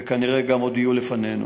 וכנראה גם עוד תהיה לפנינו.